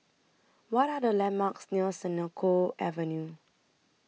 What Are The landmarks near Senoko Avenue